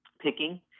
picking